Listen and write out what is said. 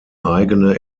eigene